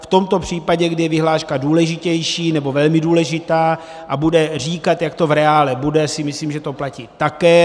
V tomto případě, kdy je vyhláška důležitější, nebo velmi důležitá, a bude říkat, jak to v reálu bude, si myslím, že to platí také.